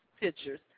pictures